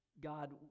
God